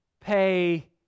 pay